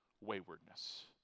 waywardness